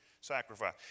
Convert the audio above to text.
sacrifice